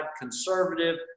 conservative